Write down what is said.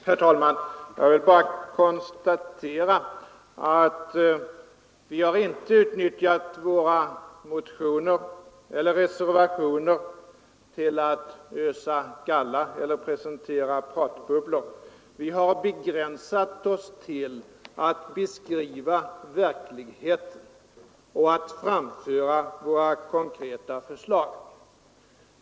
Herr talman! Jag vill bara konstatera att vi inte har utnyttjat våra motioner eller reservationer till att ösa galla över någon eller till att presentera pratbubblor. Vi har begränsat oss till att beskriva verkligheten och att föra fram våra konkreta förslag.